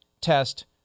test